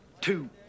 two